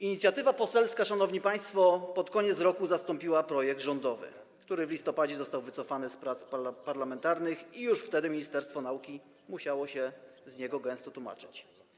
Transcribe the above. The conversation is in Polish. Inicjatywa poselska, szanowni państwo, pod koniec roku zastąpiła projekt rządowy, który w listopadzie został wycofany z prac parlamentarnych i już wtedy ministerstwo nauki musiało się z niego gęsto tłumaczyć.